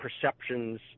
perceptions